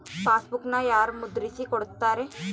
ಪಾಸ್ಬುಕನ್ನು ಯಾರು ಮುದ್ರಿಸಿ ಕೊಡುತ್ತಾರೆ?